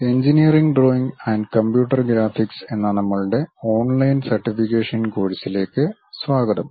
engineering drawing and computer graphics എന്ന നമ്മളുടെ online certification കോഴ്സിലേക്ക് സ്വാഗതം